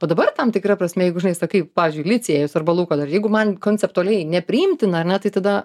o dabar tam tikra prasme jeigu žinai sakai pavyzdžiui licėjus arba lauko dar jeigu man konceptualiai nepriimtina ar ne tai tada